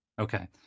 Okay